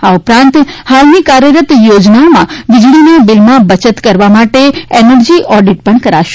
આ ઉપરાંત હાલની કાર્યરત યોજનાઓમાં વીજળીના બીલમાં બચત કરવા માટે એનર્જી ઓડિટ પણ કરાશે